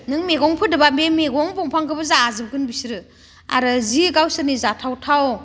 नों मैगं फोदोबा बे मैगं बिफांखौबो जाजोबगोन बिसोरो आरो जि गावसोरनि जाथावथाव